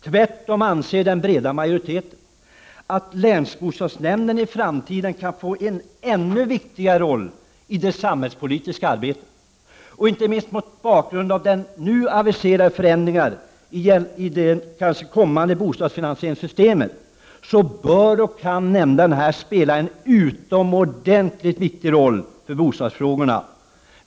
Tvärtom anser den breda majoriteten att länsbostadsnämnderna i framtiden kan få en ännu viktigare roll i det samhällspolitiska arbetet. Inte minst mot bakgrund av nu aviserade förändringar i det kommande bostadsfinansieringssystemet, bör och kan nämnderna spela en utomordentligt viktigt roll för bostadsfrågorna.